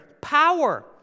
power